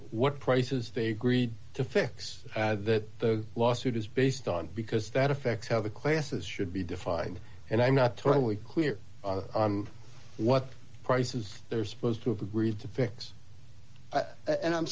what prices they agreed to fix that the lawsuit is based on because that affects how the classes should be defined and i'm not totally clear on what prices they're supposed to have agreed to fix and i'm